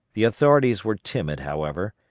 the authorities were timid, however,